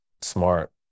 Smart